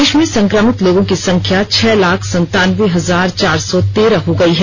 देश में संक्रमित लोगों की संख्या छह लाख सत्तानवे हजार चार सौ तेरह हो गई है